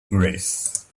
grace